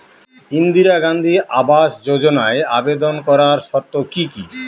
ইন্দিরা গান্ধী আবাস যোজনায় আবেদন করার শর্ত কি কি?